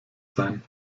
sein